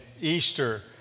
Easter